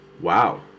wow